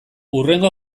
hurrengo